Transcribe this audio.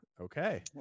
Okay